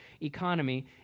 economy